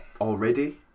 already